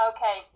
Okay